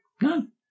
None